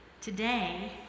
Today